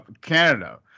canada